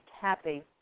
happy